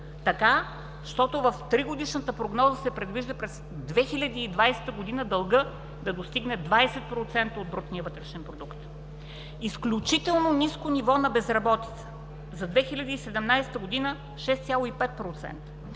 Така, защото в тригодишната прогноза се предвижда през 2020 г. дългът да достигне 20% от брутния вътрешен продукт. Изключително ниско ниво на безработица. За 2017 г. – 6,5%,